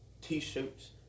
t-shirts